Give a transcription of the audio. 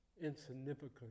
insignificant